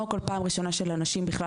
קודם כל פעם ראשונה שהסברתי שלאנשים בכלל